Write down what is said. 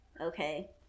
okay